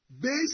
based